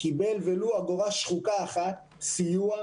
קיבל ולו אגורה שחוקה אחת סיוע,